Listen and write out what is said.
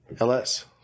LS